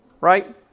right